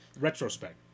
retrospect